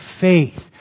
faith